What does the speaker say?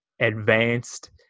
advanced